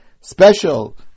special